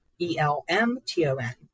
E-L-M-T-O-N